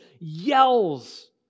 yells